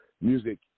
music